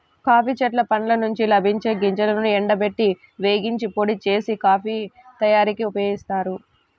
coffee చెట్ల పండ్ల నుండి లభించే గింజలను ఎండబెట్టి, వేగించి, పొడి చేసి, కాఫీ తయారీకి ఉపయోగిస్తారు